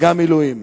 וגם מילואים.